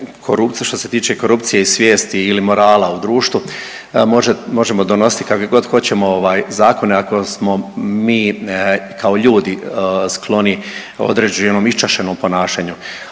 što se tiče korupcije i svijesti ili morala u društvu možemo donositi kakve god hoćemo ovaj zakone ako smo mi kao ljudi skloni određenom iščašenom ponašanju,